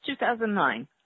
2009